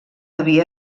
havia